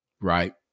right